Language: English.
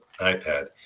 iPad